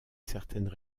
certaines